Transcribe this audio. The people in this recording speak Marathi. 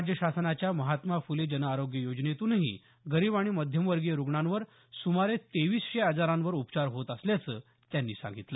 राज्य शासनाच्या महात्मा फुले जन आरोग्य योजनेतूनही गरीब आणि मध्यमवर्गीय रुग्णांवर सुमारे तेवीसशे आजारांवर उपचार होत असल्याचं त्यांनी सांगितलं